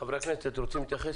חברי הכנסת, אתם רוצים להתייחס